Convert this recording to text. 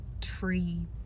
tree